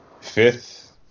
fifth